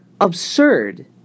absurd